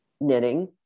knitting